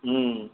हुँ